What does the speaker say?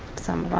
some of them.